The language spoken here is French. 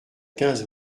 quinze